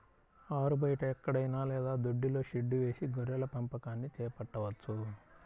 ఆరుబయట ఎక్కడైనా లేదా దొడ్డిలో షెడ్డు వేసి గొర్రెల పెంపకాన్ని చేపట్టవచ్చు